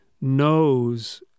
knows